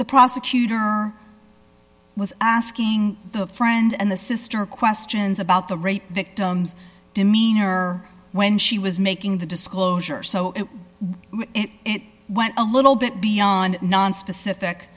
the prosecutor was asking the friend and the sister questions about the rape victim's demeanor when she was making the disclosure so it went a little bit beyond nonspecific